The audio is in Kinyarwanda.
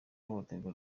ihohoterwa